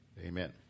Amen